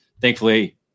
thankfully